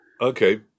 Okay